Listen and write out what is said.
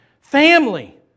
family